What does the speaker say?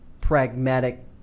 pragmatic